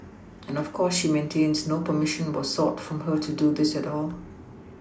and of course she maintains no perMission was sought from her to do this at all